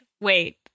wait